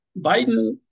Biden